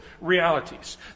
realities